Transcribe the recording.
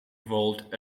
vault